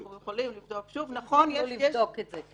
אנחנו יכולים לבדוק שוב -- תבדקו את זה.